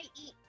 eat